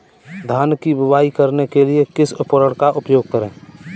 धान की बुवाई करने के लिए किस उपकरण का उपयोग करें?